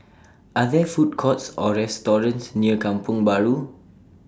Are There Food Courts Or restaurants near Kampong Bahru